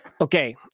Okay